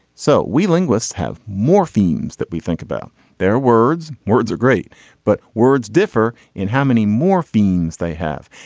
so we linguists have morphemes that we think about their words. words are great but words differ in how many morphemes they have.